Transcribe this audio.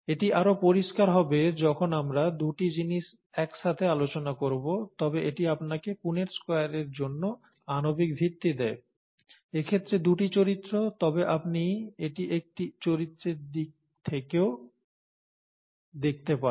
এটি আরও পরিষ্কার হবে যখন আমরা দুটি জিনিস একসাথে আলোচনা করব তবে এটি আপনাকে পুনেট স্কয়ারের জন্য আণবিক ভিত্তি দেয় এক্ষেত্রে দুটি চরিত্র তবে আপনি এটি একটি চরিত্রের দিক থেকেও দেখতে পারেন